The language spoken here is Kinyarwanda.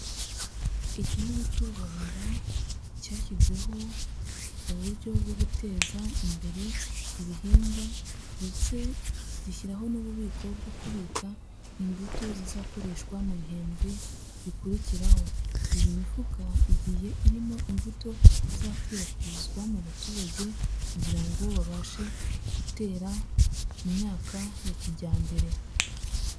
Igihugu cy'u Rwanda cyashyizeho uburyo bwo guteza imbere ibihingwa ndetse gishyiraho n'ububiko bwo kubika imbuto zizakoreshwa mu bihembwe bikurikiraho. Iyi mifuka igiye irimo imbuto izakwirakwizwa mu baturage kugira ngo babashe gutera imyaka ya kijyambere.